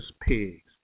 pigs